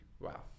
Wow